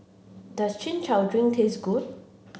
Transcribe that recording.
does Chin Chow Drink taste good